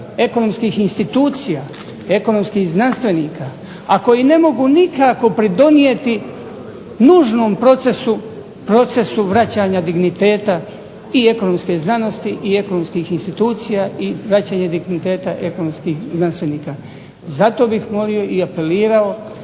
ekonomskih institucija, ekonomskih znanstvenika, a koji ne mogu nikako pridonijeti nužnom procesu, procesu vraćanja digniteta i ekonomske znanosti i ekonomskih institucija, i vraćanje digniteta ekonomskih znanstvenika. Zato bih molio i apelirao